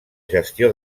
gestió